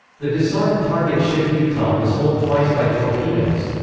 the disarmed target ship utah was holed twice by torpedoes.